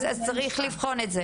אז צריך לבחון את זה.